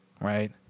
Right